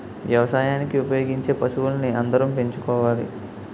వ్యవసాయానికి ఉపయోగించే పశువుల్ని అందరం పెంచుకోవాలి